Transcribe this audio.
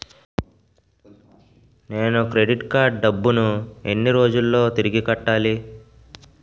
నేను credit card డబ్బును ఎన్ని రోజుల్లో తిరిగి కట్టాలి?